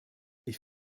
ich